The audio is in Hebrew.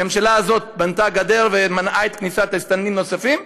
הממשלה הזאת בנתה גדר ומנעה כניסת מסתננים נוספים,